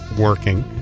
working